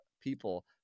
people